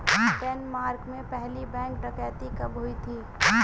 Denmark में पहली bank डकैती कब हुई थी?